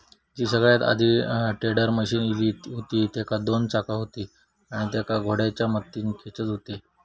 जी सगळ्यात आधी tedder machine इली हुती तेका दोन चाका हुती आणि तेका घोड्याच्या मदतीन खेचत हुते